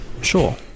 Sure